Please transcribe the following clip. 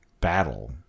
battle